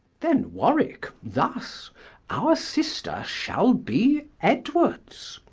then warwicke, thus our sister shall be edwards.